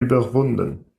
überwunden